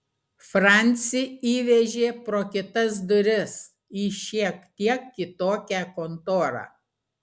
francį įvežė pro kitas duris į šiek tiek kitokią kontorą